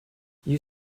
you